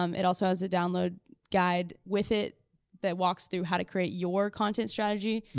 um it also has a download guide with it that walks through how to create your content strategy.